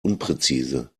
unpräzise